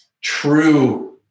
true